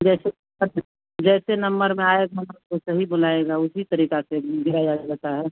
जैसे जैसे नंबर में आएगा वो तभी बुलाएगा उसी तरीका से दिया जाता है